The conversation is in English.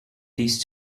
these